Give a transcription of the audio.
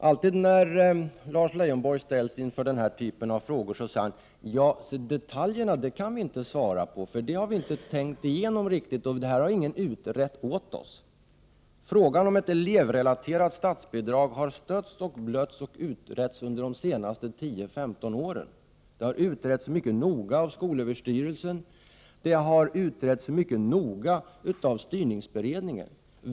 Herr talman! När Lars Leijonborg ställs inför den här typen av frågor säger han alltid: Detaljerna kan vi inte svara för. Det här har vi inte riktigt tänkt igenom, och det har ingen utrett åt oss. Frågan om ett elevrelaterat statsbidrag har stötts och blötts och utretts under de senaste 10-15 åren. Det har utretts mycket noga av skolöverstyrelsen och styrningsberedningen.